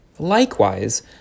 Likewise